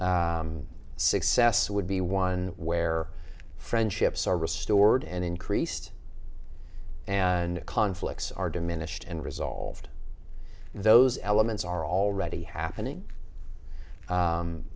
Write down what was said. success would be one where friendships are restored and increased and conflicts are diminished and resolved those elements are already happening